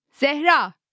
Zehra